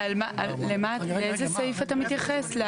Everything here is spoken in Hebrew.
לאיזה סעיף אתה מתייחס?